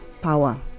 power